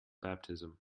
baptism